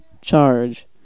charge